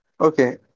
okay